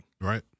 Right